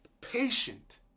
patient